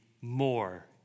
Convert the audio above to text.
more